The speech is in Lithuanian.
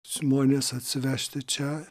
žmones atsivežti čia